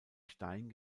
stein